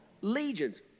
legions